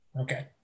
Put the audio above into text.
Okay